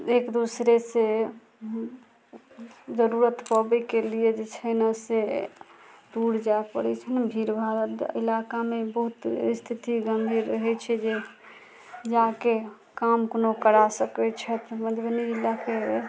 एक दूसरे से जरूरत पबैके लिए जे छै ने से दूर जाए पड़ै छै ने भीड़ भाड़ इलाकामे बहुत स्थिति गंभीर रहै छै जे जाके काम कोनो करा सकै छथि मधुबनी जिलाके